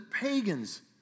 pagans